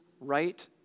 right